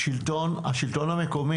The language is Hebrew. נציגי השלטון המקומי,